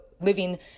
living